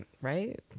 right